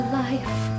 life